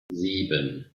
sieben